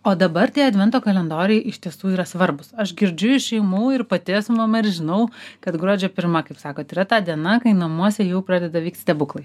o dabar tie advento kalendoriai iš tiesų yra svarbūs aš girdžiu iš šeimų ir pati esu mama ir žinau kad gruodžio pirma kaip sakot yra ta diena kai namuose jau pradeda vykt stebuklai